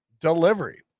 delivery